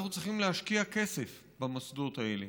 אנחנו צריכים להשקיע כסף במוסדות האלה: